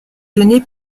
donnée